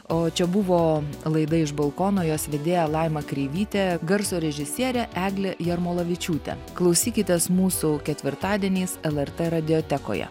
o čia buvo laida iš balkono jos vedėja laima kreivytė garso režisierė eglė jarmolavičiūtė klausykitės mūsų ketvirtadieniais lrt radiotekoje